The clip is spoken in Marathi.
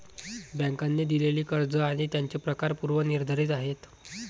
बँकांनी दिलेली कर्ज आणि त्यांचे प्रकार पूर्व निर्धारित आहेत